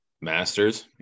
Masters